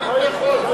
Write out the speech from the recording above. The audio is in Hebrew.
הוא לא יכול,